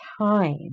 time